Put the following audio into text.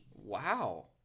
wow